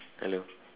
hello